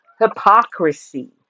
hypocrisy